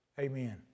Amen